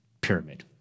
pyramid